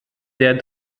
der